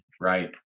right